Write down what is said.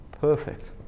Perfect